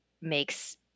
makes